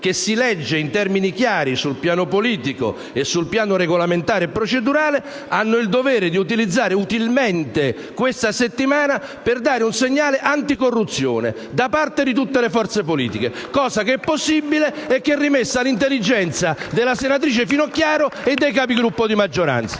che si legge in termini chiari sul piano politico, regolamentare e procedurale, di utilizzare utilmente questa settimana per dare un segnale anticorruzione, un segnale da parte di tutte le forze politiche, cosa che è possibile ed è rimessa all'intelligenza della senatrice Finocchiaro e dei Capigruppo di maggioranza.